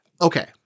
Okay